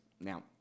Now